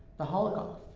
the holocaust.